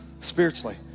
spiritually